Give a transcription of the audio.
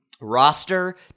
roster